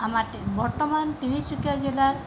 আমাৰ তি বৰ্তমান তিনিচুকীয়া জিলাত